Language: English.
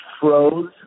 froze